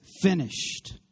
finished